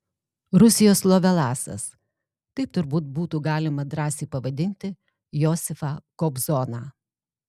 rusijos lovelasas taip turbūt būtų galima drąsiai pavadinti josifą kobzoną